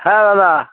হ্যাঁ দাদা